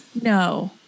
No